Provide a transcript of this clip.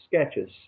sketches